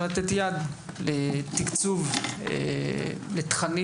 נאפשר לתת יד לתקצוב של תכנים